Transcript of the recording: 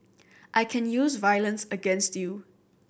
I can use violence against you